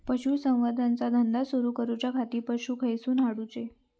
पशुसंवर्धन चा धंदा सुरू करूच्या खाती पशू खईसून हाडूचे?